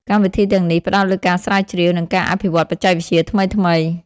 កម្មវិធីទាំងនេះផ្តោតលើការស្រាវជ្រាវ និងការអភិវឌ្ឍបច្ចេកវិទ្យាថ្មីៗ។